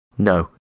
No